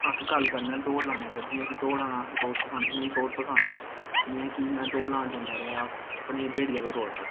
अस गल्ल करने आं दौड़ लानै पर जियां कि दौड़ लाना असें बोह्त मीं बोह्त पसंद ऐ जियां कि में दौड़ लान जंदा रेहा अपनी ब्हेड़ी आह्ले रोड पर